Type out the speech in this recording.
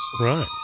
Right